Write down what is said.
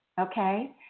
Okay